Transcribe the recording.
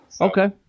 okay